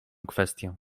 kwestię